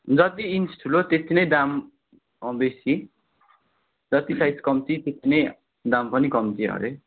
जति इन्च ठुलो त्यत्ति नै दाम बेसी जति साइज कम्ती त्यत्ति नै दाम पनि कम्ती अरे